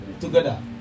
together